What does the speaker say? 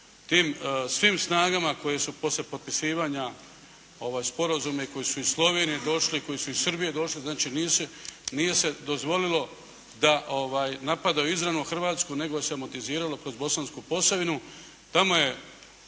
tim svim snagama koje su poslije potpisivanja sporazuma koji su iz Slovenije došli, koji su iz Srbije došli, znači nije se dozvolilo da napadaju izravno Hrvatsku nego se amortiziralo kroz Bosansku Posavinu. Tamo je